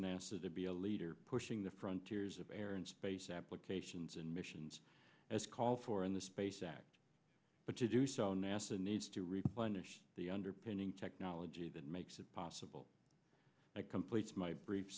to be a leader pushing the frontiers of air and space applications and missions as called for in the space act but to do so nasa needs to replenish the underpinning technology that makes it possible that completes my brief